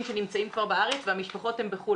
שנמצאים כבר בארץ והמשפחות בחו"ל,